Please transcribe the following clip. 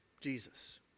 Jesus